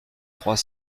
trois